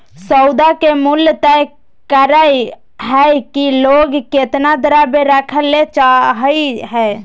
सौदा के मूल्य तय करय हइ कि लोग केतना द्रव्य रखय ले चाहइ हइ